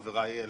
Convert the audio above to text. טכניים.